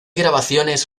grabaciones